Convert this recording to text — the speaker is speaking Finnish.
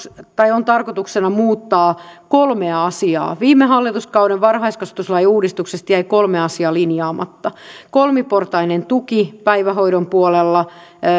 on tarkoituksena muuttaa kolmea asiaa viime hallituskauden varhaiskasvatuslain uudistuksesta jäi kolme asiaa linjaamatta kolmiportainen tuki päivähoidon puolella